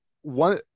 One